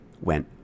went